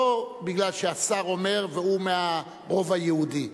לא מפני שהשר אומר והוא מהרוב היהודי.